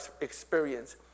experience